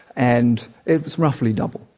and it is roughly double,